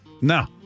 no